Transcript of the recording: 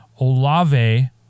Olave